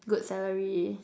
good salary